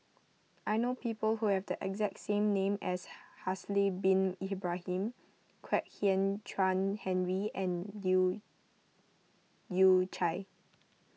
I know people who have the exact name as Haslir Bin Ibrahim Kwek Hian Chuan Henry and Leu Yew Chye